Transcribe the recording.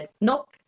nope